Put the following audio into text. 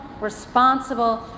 responsible